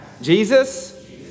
Jesus